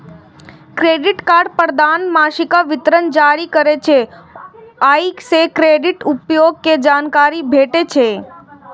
credit card प्रदाता मासिक विवरण जारी करै छै, ओइ सं क्रेडिट उपयोग के जानकारी भेटै छै